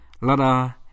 ...lada